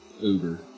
Uber